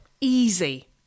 Easy